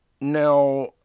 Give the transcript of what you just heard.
Now